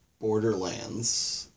Borderlands